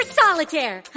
solitaire